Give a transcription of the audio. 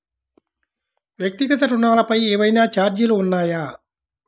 వ్యక్తిగత ఋణాలపై ఏవైనా ఛార్జీలు ఉన్నాయా?